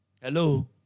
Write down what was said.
Hello